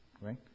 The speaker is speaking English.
right